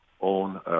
own